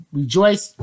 rejoice